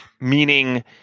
meaning